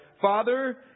Father